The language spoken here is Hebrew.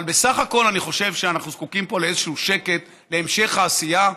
אבל בסך הכול אני חושב שאנחנו זקוקים פה לאיזשהו שקט להמשך העשייה,